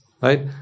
right